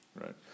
right